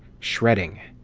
shredding,